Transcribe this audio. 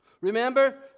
Remember